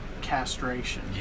castration